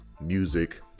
music